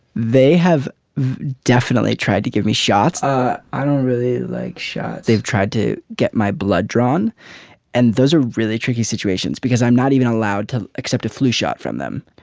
they have definitely tried to give me shots. ah i don't really like shot. they've tried to get my blood drawn and those are really tricky situations because i'm not even allowed to accept a flu shot from them.